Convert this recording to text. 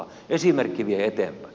esimerkki vie eteenpäin